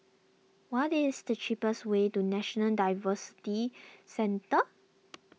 what is the cheapest way to National Diversity Centre